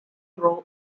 row